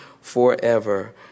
forever